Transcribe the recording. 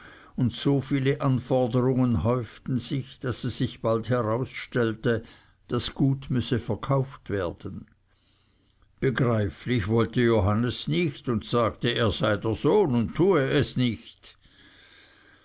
und so viele anforderungen häuften sich daß es sich bald herausstellte das gut müsse verkauft werden begreiflich wollte johannes nicht und sagte er sei der sohn und tue es nicht